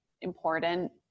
important